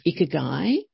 Ikigai